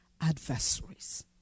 adversaries